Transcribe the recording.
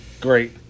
great